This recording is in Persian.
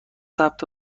ثبت